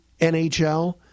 NHL